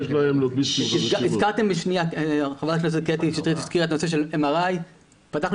ח"כ שטרית הזכירה את הנושא של MRI. פתחנו